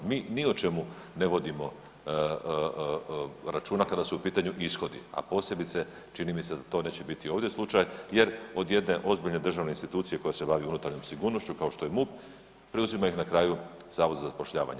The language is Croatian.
Mi ni o čemu ne vodimo računa kada su u pitanju ishodi, a posebice čini mi se da to neće biti ovdje slučaj jer od jedne ozbiljne državne institucije koja se bavi unutarnjom sigurnošću kao što je MUP, preuzima ih na kraju zavod za zapošljavanje.